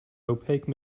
opaque